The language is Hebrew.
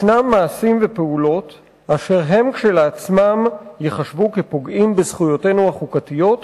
יש מעשים שהם כשלעצמם ייחשבו פוגעים בזכויותינו החוקתיות,